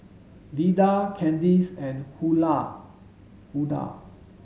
Lida Candace and Hulda